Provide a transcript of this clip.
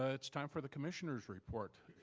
ah it's time for the commissioner's report.